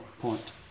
point